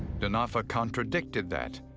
denofa contradicted that.